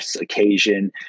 occasion